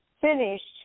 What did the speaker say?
finished